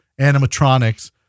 animatronics